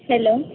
hello